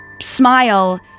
smile